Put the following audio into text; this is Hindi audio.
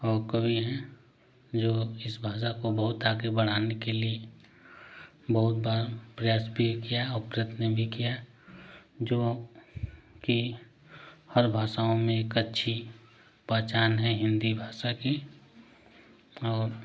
और कवि हैं जो इस भाषा को बहुत आगे बढ़ाने के लिए बहुत बार प्रयास भी किया और प्रयत्न भी किया जो अब की हर भाषाओं में एक अच्छी पहचान है हिंदी भाषा की और